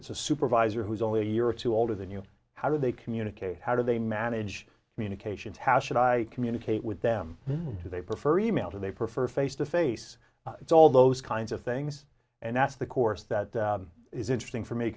it's a supervisor who's only a year or two older than you how do they communicate how do they manage communications how should i communicate with them to they prefer email to they prefer face to face it's all those kinds of things and that's the course that is interesting for me